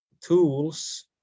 tools